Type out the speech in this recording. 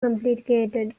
complicated